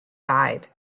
died